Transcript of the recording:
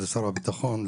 שר הביטחון,